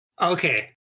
Okay